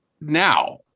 now